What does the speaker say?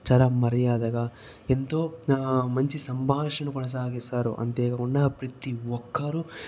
చాలా మర్యాదగా ఎంతో మంచి సంభాషణ కొనసాగిస్తారు అంతేకాకుండా ప్రతి ఒక్కరూ